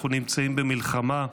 אנחנו נמצאים במלחמה.